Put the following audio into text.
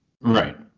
Right